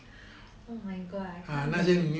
oh my god I can't imagine